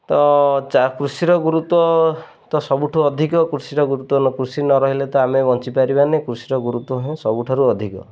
ତ ଚା କୃଷିର ଗୁରୁତ୍ୱ ତ ସବୁଠୁ ଅଧିକ କୃଷିର ଗୁରୁତ୍ୱ କୃଷି ନ ରହିଲେ ତ ଆମେ ବଞ୍ଚିପାରିବାାନି କୃଷିର ଗୁରୁତ୍ୱ ହୁଁ ସବୁଠାରୁ ଅଧିକ